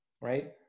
right